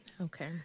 Okay